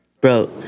Bro